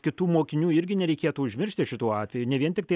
kitų mokinių irgi nereikėtų užmiršti šituo atveju ne vien tiktai